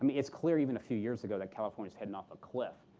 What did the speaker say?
um it's clear even a few years ago that california is heading off a cliff.